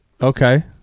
okay